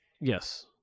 Yes